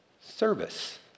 service